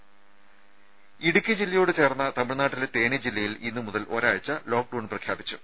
ദരദ ഇടുക്കി ജില്ലയോട് ചേർന്ന തമിഴ്നാട്ടിലെ തേനി ജില്ലയിൽ ഇന്നു മുതൽ ഒരാഴ്ച ലോക്ഡൌൺ പ്രഖ്യാപിച്ചു